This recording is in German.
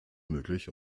möglich